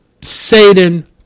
Satan